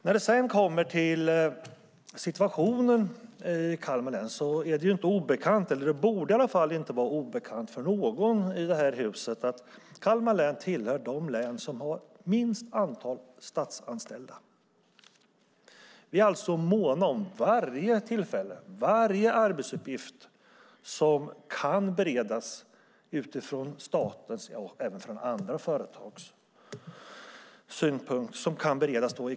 När det sedan kommer till situationen i Kalmar län borde det inte vara obekant för någon i det här huset att Kalmar län tillhör de län som har det minsta antalet statsanställda. Vi i Kalmar län är alltså måna om varje arbetstillfälle som kan beredas från staten och även från företag. Vi behöver dem!